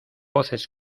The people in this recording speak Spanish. voces